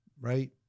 right